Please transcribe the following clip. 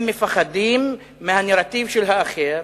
הם מפחדים מהנרטיב של האחר,